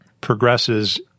progresses